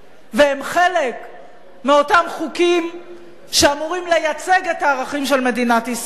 והם חלק מאותם חוקים שאמורים לייצג את הערכים של מדינת ישראל.